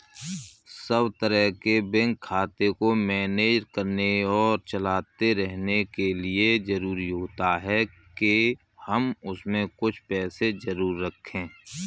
सब तरह के बैंक खाते को मैनेज करने और चलाते रहने के लिए जरुरी होता है के हम उसमें कुछ पैसे जरूर रखे